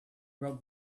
broke